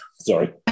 Sorry